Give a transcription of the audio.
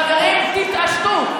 חברים, תתעשתו.